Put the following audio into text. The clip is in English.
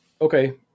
Okay